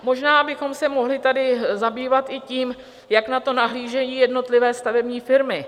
Možná bychom se mohli tady zabývat i tím, jak na to nahlížejí jednotlivé stavební firmy.